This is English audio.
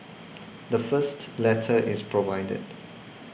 the first letter is provided